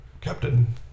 captain